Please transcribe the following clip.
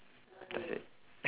does it